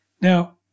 Now